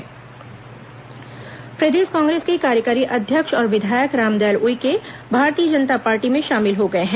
उइके गर्ग सदस्यता प्रदेश कांग्रेस के कार्यकारी अध्यक्ष और विधायक रामदयाल उइके भारतीय जनता पार्टी में शामिल हो गए हैं